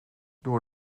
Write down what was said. door